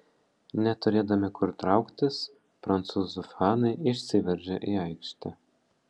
neturėdami kur trauktis prancūzų fanai išsiveržė į aikštę